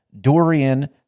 Dorian